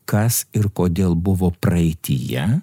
kas ir kodėl buvo praeityje